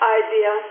idea